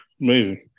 amazing